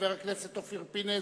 חבר הכנסת אופיר פינס.